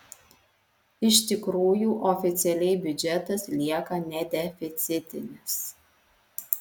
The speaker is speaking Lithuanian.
iš tikrųjų oficialiai biudžetas lieka nedeficitinis